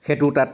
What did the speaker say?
সেঁতু তাত